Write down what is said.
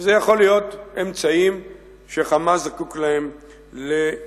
וזה יכול להיות אמצעים ש"חמאס" זקוק להם להתבצרותו.